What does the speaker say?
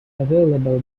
available